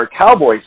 Cowboys